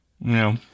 No